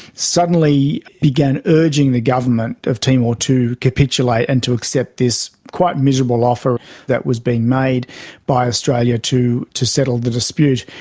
suddenly began urging the government of timor to capitulate and to accept this quite miserable offer that was being made by australia to to settle the dispute.